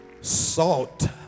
Salt